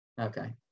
Okay